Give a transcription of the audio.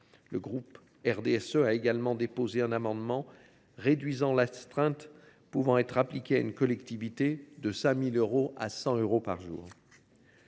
Le groupe du RDSE a également déposé un amendement réduisant l’astreinte pouvant être appliquée à une collectivité de 5 000 euros à 100 euros par jour.